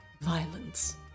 violence